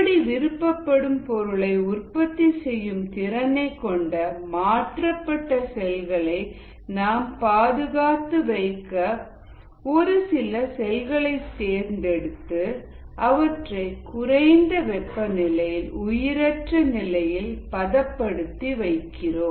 அப்படி விருப்பப்படும் பொருளை உற்பத்தி செய்யும் திறனைக் கொண்ட மாற்றப்பட்ட செல்களை நாம் பாதுகாத்து வைக்க ஒருசில செல்களைத் தேர்ந்தெடுத்து அவற்றை குறைந்த வெப்பநிலையில் உயிரற்ற நிலையில் பதப்படுத்தி வைக்கிறோம்